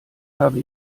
habe